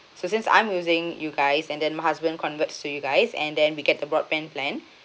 so since I'm using you guys and then my husband convert to you guys and then we get the broadband plan